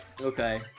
Okay